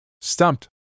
stumped